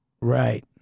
Right